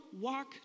walk